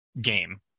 game